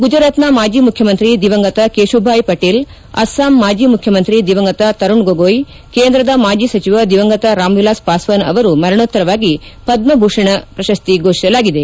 ಗುಜರಾತ್ನ ಮಾಜಿ ಮುಖ್ಲಮಂತ್ರಿ ದಿವಂಗತ ಕೇಶುಭಾಯಿ ಪಟೇಲ್ ಅಸ್ಸಾಂ ಮಾಜಿ ಮುಖ್ಲಮಂತ್ರಿ ದಿವಂಗತ ತರುಣ್ ಗೊಗೊಯ್ ಕೇಂದ್ರದ ಮಾಜಿ ಸಚಿವ ದಿವಂಗತ ರಾಮ್ ವಿಲಾಸ್ ಪಾಸ್ವಾನ್ ಅವರು ಮರಣೋತ್ತರವಾಗಿ ಪದ್ಮ ಭೂಷಣ ಘೋಷಿಸಲಾಗಿದೆ